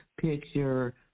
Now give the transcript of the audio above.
picture